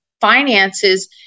finances